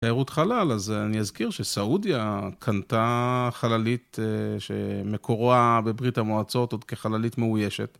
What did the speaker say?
תיירות חלל, אז אני אזכיר שסעודיה קנתה חללית שמקורה בברית המועצות עוד כחללית מאוישת.